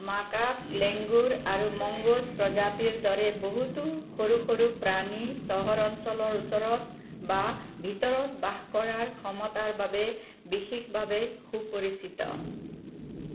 macaque langur আৰু mongoose প্ৰজাতিৰ দৰে বহুতো সৰু সৰু প্ৰাণী চহৰ অঞ্চলৰ ওচৰত বা ভিতৰত বাস কৰাৰ ক্ষমতাৰ বাবে বিশেষভাৱে সুপৰিচিত